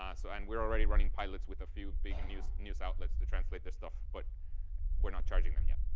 um so and we're already running pilots with a few big news news outlets to translate their stuff, but we're not charging them yet.